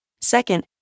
Second